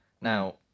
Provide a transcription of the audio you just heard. Now